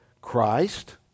Christ